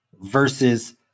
versus